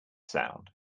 sound